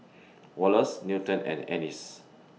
Wallace Newton and Ennis